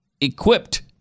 equipped